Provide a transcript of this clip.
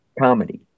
comedy